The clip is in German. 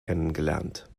kennengelernt